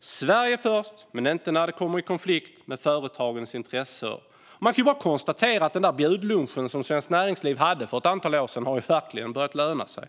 Sverige först men inte när det kommer i konflikt med företagens intressen! Man kan bara konstatera att den där bjudlunchen som Svenskt Näringsliv hade för ett antal år sedan verkligen har börjat löna sig.